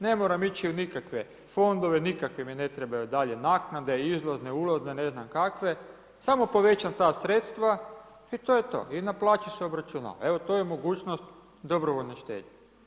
Ne moram ići u nikakve fondove, nikakve mi ne trebaju dalje naknade, izlazne ulazne, ne znam kakve, samo povećam ta sredstva i to je to i na plaći se obračunava, evo to je mogućnost dobrovoljne štednje.